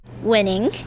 Winning